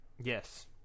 yes